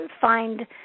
find